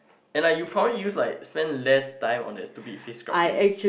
and like you probably use like spend less time on that stupid face scrub thing